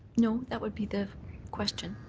no. that would be the question.